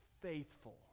faithful